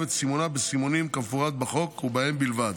את סימונה בסימונים כמפורט בחוק ובהם בלבד.